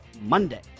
Monday